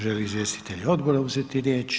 Želi izvjestitelj odbora uzeti riječ?